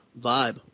vibe